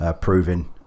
proving